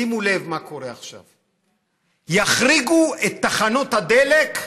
שימו לב מה קורה עכשיו: יחריגו את תחנות הדלק,